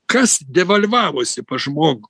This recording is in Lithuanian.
kas devalvavosi pas žmog